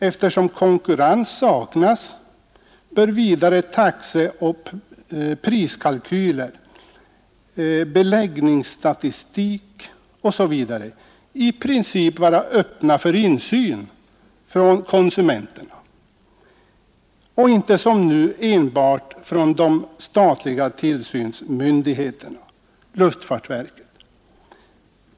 Eftersom konkurrens saknas bör vidare taxeoch priskalkyler, beläggningsstatistik osv. i princip vara öppna för insyn från konsumenterna och inte som nu enbart från den statliga tillsynsmyndigheten, dvs. luftfartsverket.